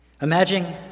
Imagine